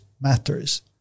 matters